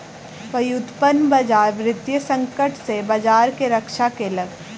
व्युत्पन्न बजार वित्तीय संकट सॅ बजार के रक्षा केलक